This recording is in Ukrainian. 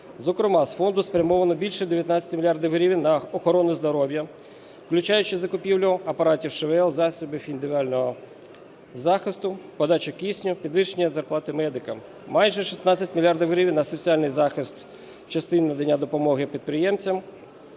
Зокрема, з фонду спрямовано більше 19 мільярдів гривень на охорону здоров'я, включаючи закупівлю апаратів ШВЛ, засобів індивідуального захисту, подачу кисню, підвищення зарплати медикам. Майже 16 мільярдів гривень – на соціальний захист в частині надання допомоги підприємцям,